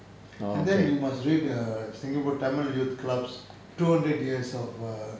and then you must read err singapore tamil youth club's two hundred years of err